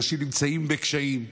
אנשים נמצאים בקשיים באשדוד,